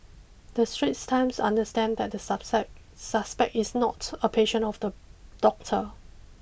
the Straits Times understand that the sub site suspect is not a patient of the doctor